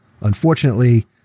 Unfortunately